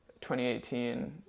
2018